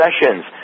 Sessions